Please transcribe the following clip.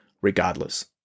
regardless